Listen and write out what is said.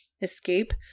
escape